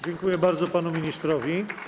Dziękuję bardzo panu ministrowi.